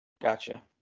gotcha